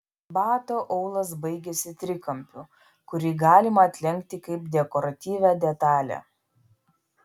bato aulas baigiasi trikampiu kurį galima atlenkti kaip dekoratyvią detalę